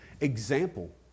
example